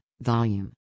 volume